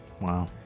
wow